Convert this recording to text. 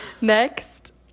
next